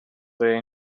day